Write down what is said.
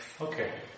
Okay